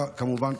כמובן,